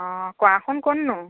অঁ কোৱাচোন কোননো